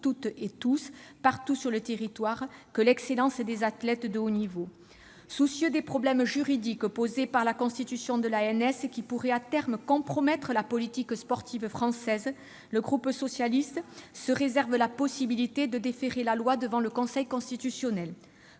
toutes et tous partout sur le territoire que l'excellence des athlètes de haut niveau. Soucieux des problèmes juridiques posés par la constitution de l'ANS, qui pourraient à terme compromettre la politique sportive française, le groupe socialiste se réserve la possibilité de déférer la loi devant le Conseil constitutionnel.